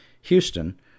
Houston